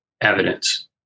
evidence